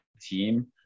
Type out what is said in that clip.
team